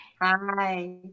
Hi